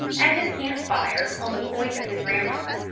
at his camp-fire, on the point of his ramrod,